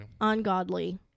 Ungodly